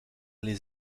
les